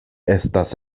estas